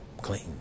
clean